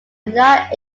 not